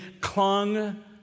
clung